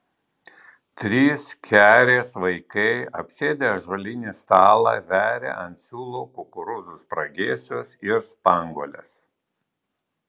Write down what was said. trys kerės vaikai apsėdę ąžuolinį stalą veria ant siūlų kukurūzų spragėsius ir spanguoles